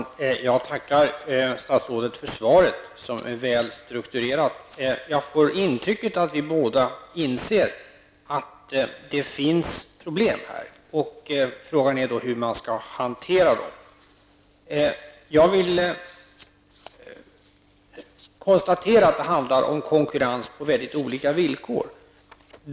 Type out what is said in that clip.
Herr talman! Jag tackar statsrådet för svaret som är väl strukturerat. Jag får intrycket att vi båda inser att det finns problem. Frågan är hur man skall hantera dem. Jag konstaterar att det handlar om konkurrens på olika villkor.